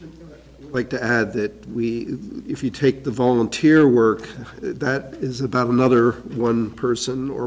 and like to add that we if you take the volunteer work that is about another one person or